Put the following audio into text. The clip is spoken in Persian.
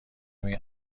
کمی